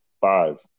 five